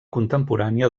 contemporània